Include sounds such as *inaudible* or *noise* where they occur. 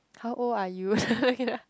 how old are you *laughs*